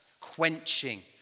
quenching